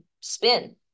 spin